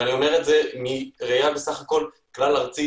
אני אומר את זה מתוך ראיה כלל ארצית